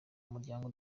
umuryango